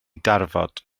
darfod